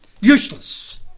Useless